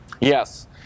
Yes